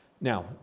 Now